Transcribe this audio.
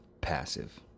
passive